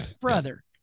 brother